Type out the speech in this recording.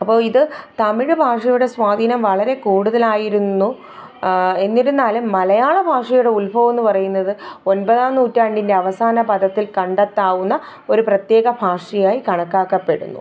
അപ്പോൾ ഇത് തമിഴ് ഭാഷയുടെ സ്വാധീനം വളരെ കൂടുതലായിരുന്നു എന്നിരുന്നാലും മലയാളഭാഷയുടെ ഉത്ഭവം എന്ന് പറയുന്നത് ഒൻപതാം നൂറ്റാണ്ടിന്റെ അവസാന പദത്തിൽ കണ്ടെത്താവുന്ന ഒരു പ്രത്യേക ഭാഷയായി കണക്കാക്കപ്പെടുന്നു